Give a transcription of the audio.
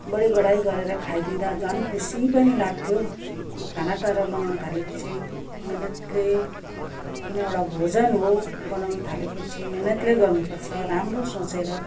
बढिबढाई गरेर खाइदिँदा झन् खुसी पनि लाग्थ्यो म खाना तर बनाउन थालेपछि मिहिनेतले किन एउटा भोजन हो बनाउन थालेपछि मिहिनेतले गर्नुपर्छ राम्रो सोचेर